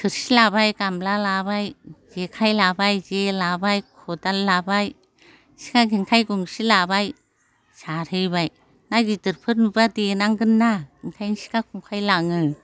थोरसि लाबाय गामला लाबाय जेखाइ लाबाय जे लाबाय खदाल लाबाय सिखा खेंखाइ गंसे लाबाय सारहैबाय ना गिदिरफोर नुब्ला देनांगोनना ओंखायनो सिखा खंखाइ लाङो